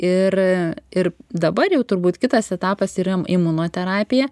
ir ir dabar jau turbūt kitas etapas yra imunoterapija